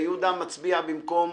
ויהודה מצביע במקום